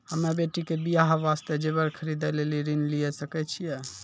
हम्मे बेटी के बियाह वास्ते जेबर खरीदे लेली ऋण लिये सकय छियै?